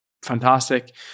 fantastic